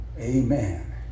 Amen